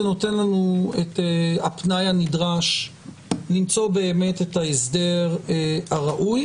זה נותן לנו את הפנאי הנדרש למצוא באמת את ההסדר הראוי.